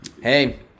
Hey